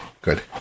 Good